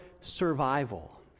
survival